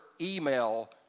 email